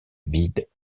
vide